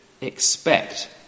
expect